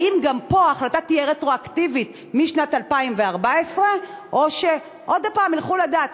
האם גם פה ההחלטה תהיה רטרואקטיבית משנת 2014 או שעוד הפעם ירצו לדעת,